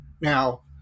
now